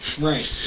Right